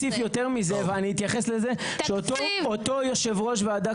אני אוסיף יותר מזה ואני אתייחס לזה שאותו יושב ראש ועדה